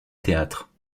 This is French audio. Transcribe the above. théâtre